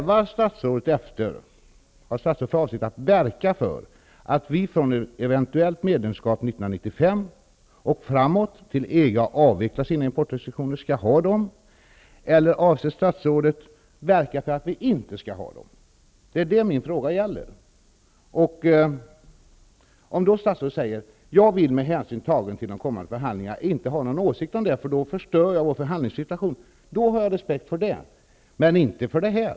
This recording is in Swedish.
Har statsrådet för avsikt att verka för att vi vid ett eventuellt medlemskap fr.o.m.1995 och framåt till dess EG har avvecklat sina importrestriktioner skall ha dem, eller avser statsrådet att verka för att vi inte skall ha dem? Det är detta som min fråga gäller. Om statsrådet säger att han med hänsyn tagen till de kommande förhandlingarna inte vill ha någon åsikt om det eftersom han då förstör förhandlingssituationen, då har jag respekt för det, men inte för det här.